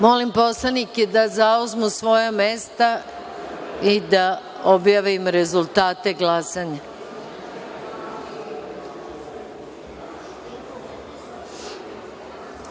Molim poslanike da zauzmu svoja mesta i da objavim rezultate glasanja. Poštovani